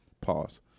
Pause